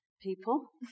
people